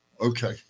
okay